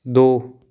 ਦੋ